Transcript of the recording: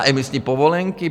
Emisní povolenky?